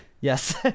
Yes